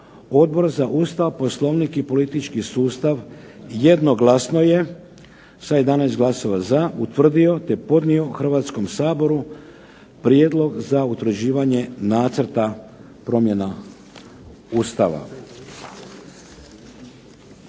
Odbor za Ustav, Poslovnik i politički sustav jednoglasno je sa 11 glasova za utvrdio te podnio Hrvatskom saboru Prijedlog za utvrđivanje Nacrta promjena Ustava.